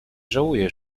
żałuje